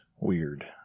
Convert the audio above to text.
weird